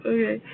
Okay